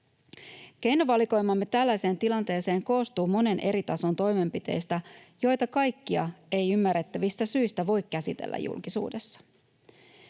Keinovalikoimamme tällaiseen tilanteeseen koostuu monen eri tason toimenpiteistä, joita kaikkia ei ymmärrettävistä syistä voi käsitellä julkisuudessa.